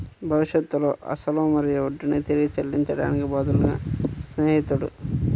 భవిష్యత్తులో అసలు మరియు వడ్డీని తిరిగి చెల్లించడానికి బదులుగా స్నేహితుడు